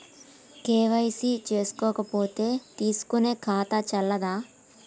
KYC చేసుకోకపోతే తీసుకునే ఖాతా చెల్లదా?